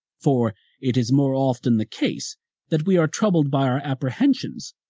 for it is more often the case that we are troubled by our apprehensions,